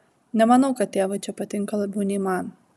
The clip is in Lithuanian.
nemanau kad tėvui čia patinka labiau nei man